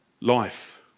life